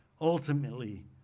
Ultimately